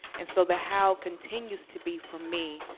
and so the how continues to be, for me,